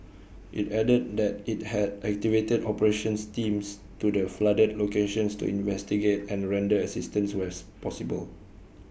IT added that IT had activated operations teams to the flooded locations to investigate and render assistance where possible